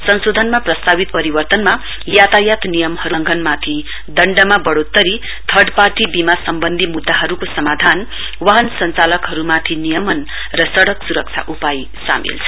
संशोधनमा प्रस्तावित परिवर्तनमा यातायात नियमहरुको उल्लघंनमाथि दण्डमा बड़ोत्तरी थई पार्टी वीमा सम्बन्धी मुद्धाहरुको समाधान वाहन संचालकहरुमाथि नियमन र सडक सुरक्षा उपाय सामेल छन्